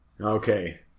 Okay